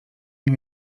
nie